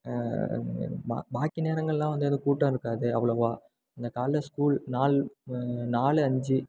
பா பாக்கி நேரங்களெலாம் வந்து எதுவும் கூட்டம் இருக்காது அவ்வளவாக இந்த காலையில் ஸ்கூல் நால் நாலு அஞ்சு